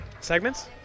Segments